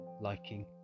liking